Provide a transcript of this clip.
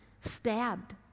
stabbed